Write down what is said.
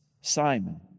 Simon